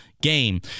game